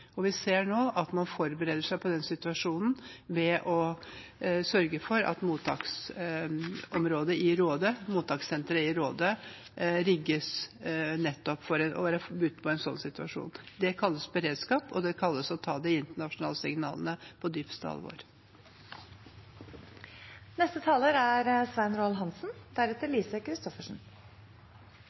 Vi ser nå at man forbereder seg på den situasjonen ved å sørge for at mottakssenteret i Råde rigges for å være forberedt på en slik situasjon. Det kalles beredskap, og det kalles å ta de internasjonale signalene på det dypeste alvor. Jeg viser til årsrapporten fra EFTA-parlamentarikerkomiteen. En av de viktigste oppgavene denne komiteen har, er